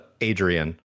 Adrian